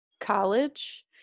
college